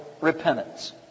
repentance